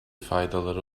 faydaları